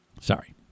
sorry